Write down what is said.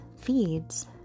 feeds